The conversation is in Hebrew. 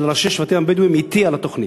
ראשי השבטים הבדואיים אתי על התוכנית,